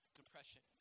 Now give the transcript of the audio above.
depression